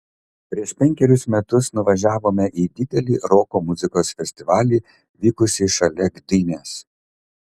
prieš penkerius metus nuvažiavome į didelį roko muzikos festivalį vykusį šalia gdynės